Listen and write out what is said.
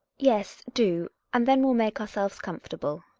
yes, do, and then we'll make ourselves comfortable.